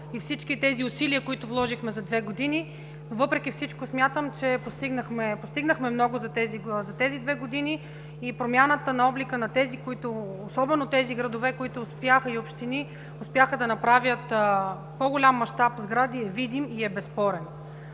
и всички усилия, които вложихме за две години. Въпреки всичко смятам, че постигнахме много за тези две години. Промяната на облика особено на тези градове, които успяха да направят по-голям мащаб сгради, е видим и безспорен.